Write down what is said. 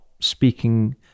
speaking